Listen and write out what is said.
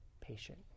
patient